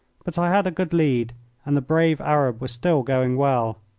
but i had a good lead and the brave arab was still going well.